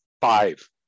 five